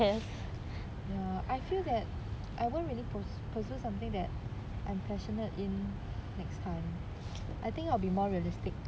ya I feel that I won't really pursue something that I'm passionate in next time I think I will be more realistic